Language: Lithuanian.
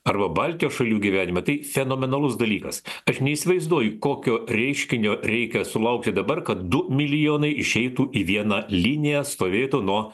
arba baltijos šalių gyvenime tai fenomenalus dalykas aš neįsivaizduoju kokio reiškinio reikia sulaukti dabar kad du milijonai išeitų į vieną liniją stovėtų nuo